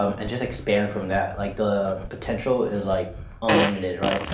um and just expand from that. like the potential is like unlimited, right?